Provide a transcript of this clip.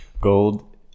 Gold